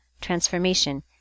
transformation